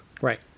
Right